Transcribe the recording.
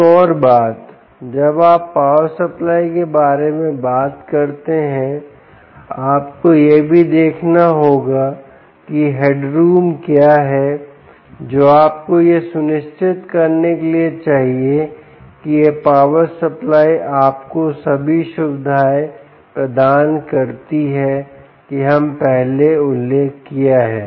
एक और बात जब आप पावर सप्लाई के बारे में बात करते हैं आपको यह भी देखना होगा कि हेड रूम क्या है जो आपको यह सुनिश्चित करने के लिए चाहिए कि यह पावर सप्लाई आपको सभी सुविधाएँ प्रदान करती है कि हम पहले उल्लेख किया है